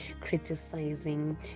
criticizing